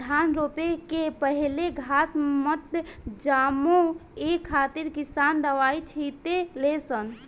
धान रोपे के पहिले घास मत जामो ए खातिर किसान दवाई छिटे ले सन